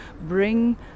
bring